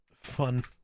Fun